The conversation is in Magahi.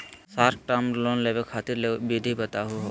शार्ट टर्म लोन लेवे खातीर विधि बताहु हो?